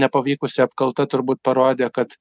nepavykusi apkalta turbūt parodė kad